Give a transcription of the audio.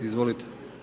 Izvolite.